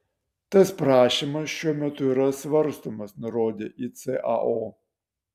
tas prašymas šiuo metu yra svarstomas nurodė icao